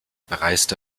bereiste